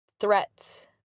threats